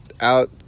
out